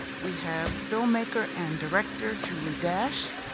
we have filmmaker and director julie dash